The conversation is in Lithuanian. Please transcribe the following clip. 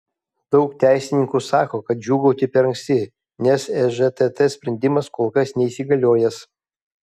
daug teisininkų sako kad džiūgauti per anksti nes ežtt sprendimas kol kas neįsigaliojęs